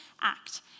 act